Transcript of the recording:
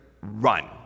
run